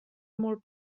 molt